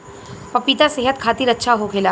पपिता सेहत खातिर अच्छा होखेला